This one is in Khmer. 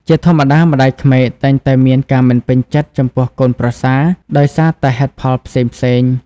ជាធម្មតា ម្តាយក្មេកតែងតែមានការមិនពេញចិត្តចំពោះកូនប្រសា ដោយសារតែហេតុផលផ្សេងៗ។